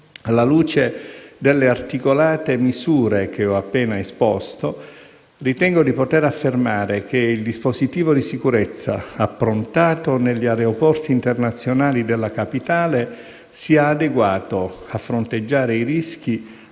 alla luce delle articolate misure che ho appena esposto, ritengo di poter affermare che il dispositivo di sicurezza approntato negli aeroporti internazionali della Capitale sia adeguato a fronteggiare i rischi